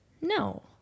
No